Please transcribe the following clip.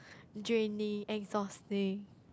draining exhausting